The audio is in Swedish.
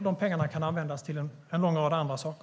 De pengarna kan användas till en lång rad andra saker.